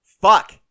fuck